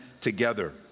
together